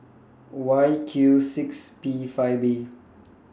Y Q six P five B